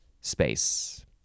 space